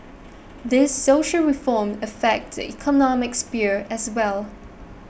these social reforms affect the economic sphere as well